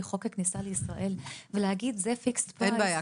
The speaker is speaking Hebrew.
חוק הכניסה לישראל ולהגיד שזה fix price --- אין בעיה.